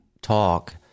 talk